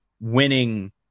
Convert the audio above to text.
winning